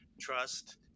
trust